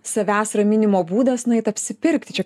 savęs raminimo būdas nueit apsipirkti čia